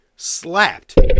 Slapped